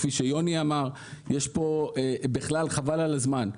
בכלל חבל על הזמן.